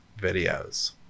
videos